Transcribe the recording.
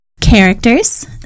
characters